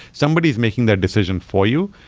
somebody is making that decision for you.